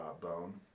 bone